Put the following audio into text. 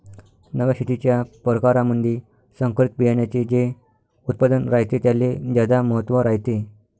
नव्या शेतीच्या परकारामंधी संकरित बियान्याचे जे उत्पादन रायते त्याले ज्यादा महत्त्व रायते